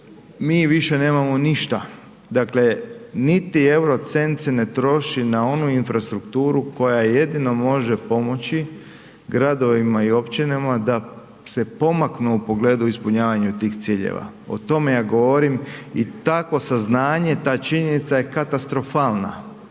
mi više nemamo ništa. Dakle niti euro cent se ne troši na onu infrastrukturu koja jedino može pomoći gradovima i općinama da se pomaknu u pogledu ispunjavanju tih ciljeva. O tome ja govorim i takvo saznanje, ta činjenica je katastrofalna.